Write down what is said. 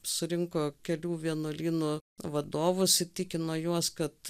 surinko kelių vienuolynų vadovus įtikino juos kad